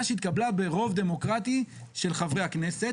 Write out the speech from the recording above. שהתקבלה ברוב דמוקרטי של חברי הכנסת,